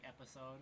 episode